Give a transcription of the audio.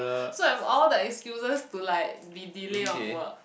so I'm all the excuse to like be delay on work